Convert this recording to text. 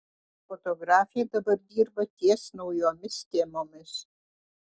fotografė dabar dirba ties naujomis temomis